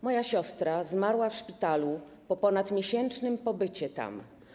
Moja siostra zmarła w szpitalu po ponadmiesięcznym pobycie tam.